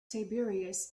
tiberius